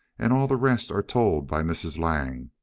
and all the rest are told by mrs. lang,